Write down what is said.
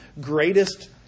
greatest